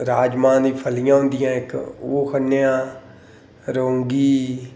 राजमांह् दी फलियां होंदियां इक ओह् खन्ने आं रौंगी